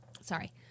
Sorry